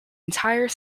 entire